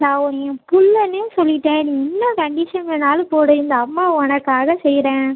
நான் உன்னையை ஏன் பிள்ளனே சொல்லிவிட்டேன் நீ என்ன கண்டிஷன் வேணாலும் போடு இந்த அம்மா உனக்காக செய்யறேன்